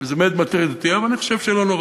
וזה באמת מטריד אותי, אבל אני חושב שלא נורא.